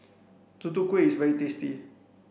tutu kueh is very tasty